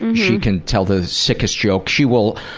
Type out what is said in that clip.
and she can tell the sickest joke. she will,